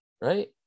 right